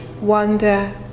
wonder